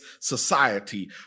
society